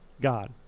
God